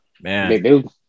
man